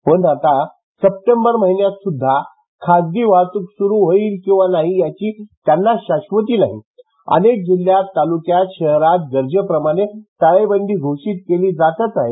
पण आता सप्टेंबर महिन्यात सृध्दा खासगी वाहतुक सुरु होईल किंवा नाही याची त्यांना शाक्षती नाही अनेक जिल्ह्यात तालुक्यात शहरात गरजे प्रमाणे टाळेबंदी घोषीत केली जातेच आहे